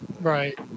Right